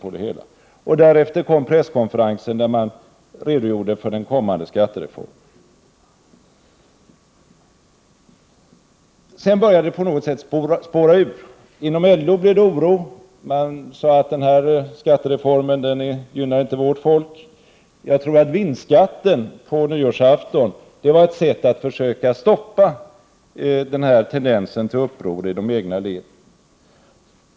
Därefter genomfördes presskonferensen, där regeringen redogjorde för den kommande skattereformen. Sedan började det på något sätt spåra ur. Inom LO blev det oro. Från LO sade man att skattereformen inte gynnade LO:s folk. Jag tror att vinstskatten, som finansministern deklarerade på nyårsafton, var ett sätt att försöka stoppa denna tendens till uppror i de egna leden.